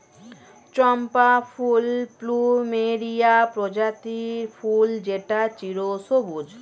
চম্পা ফুল প্লুমেরিয়া প্রজাতির ফুল যেটা চিরসবুজ